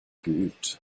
geübt